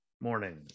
morning